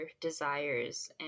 desires